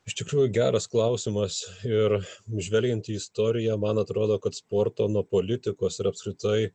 iš tikrųjų geras klausimas ir žvelgiant į istoriją man atrodo kad sporto nuo politikos ir apskritai